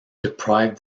deprived